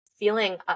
feeling